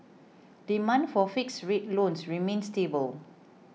demand for fixed rate loans remains stable